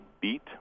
beat